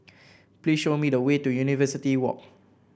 please show me the way to University Walk